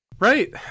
Right